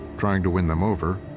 trying to win them over,